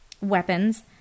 weapons